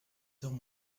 heures